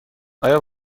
آیا